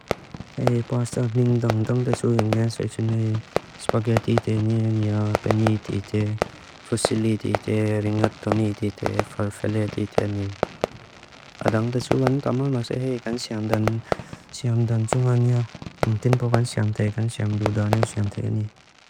æi bwasta bningdangdangda suwingen saichin æi spageti tini, ænia beniti tini, fusili titi, ringat-tumi titi, farfele titi ani. Ada ngda suwan taman masa æi kan siam dan siam dan tungan ia. Ing tin papan siam tèi kan siam dudan ni siam tèi ani.